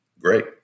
great